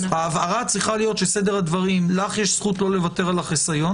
וההברה צריכה להיות שסדר הדברים הוא זה: לך יש זכות לא לוותר על החיסון,